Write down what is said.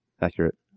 Accurate